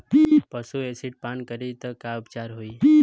पशु एसिड पान करी त का उपचार होई?